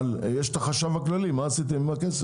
אבל יש את החשב הכללי, מה עשיתם עם הכסף.